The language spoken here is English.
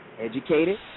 educated